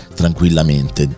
tranquillamente